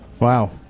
Wow